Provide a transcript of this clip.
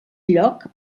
lloc